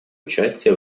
участие